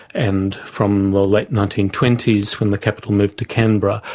and from the late nineteen twenty s, when the capital moved to canberra,